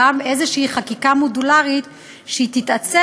גם באיזושהי חקיקה מודולרית שתתעצב